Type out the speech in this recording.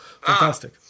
fantastic